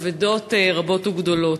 אבדות רבות וגדולות,